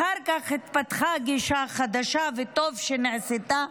אחר כך התפתחה גישה חדשה, וטוב שנעשתה,